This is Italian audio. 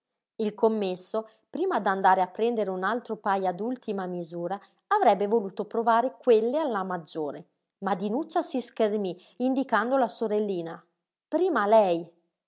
il commesso prima d'andare a prendere un altro pajo d'ultima misura avrebbe voluto provare quelle alla maggiore ma dinuccia si schermí indicando la sorellina prima a lei